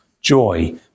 joy